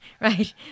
Right